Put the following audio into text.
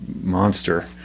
monster